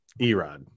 Erod